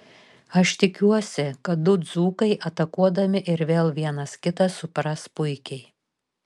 aš tikiuosi kad du dzūkai atakuodami ir vėl vienas kitą supras puikiai